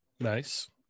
Nice